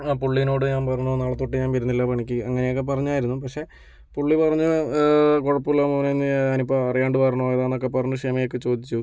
ആ പുള്ളീനോട് ഞാൻ പറഞ്ഞു നാളെ തൊട്ട് ഞാൻ വരുന്നില്ല പണിക്ക് അങ്ങനെയൊക്കെ പറഞ്ഞായിരുന്നു പക്ഷേ പുള്ളി പറഞ്ഞു കുഴപ്പല്ല മോനെ ഞാനിപ്പോൾ അറിയാതെ പറഞ്ഞു പോയതാണ് എന്നൊക്കെ പറഞ്ഞ് ക്ഷമയൊക്കെ ചോദിച്ചു